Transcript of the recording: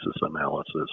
analysis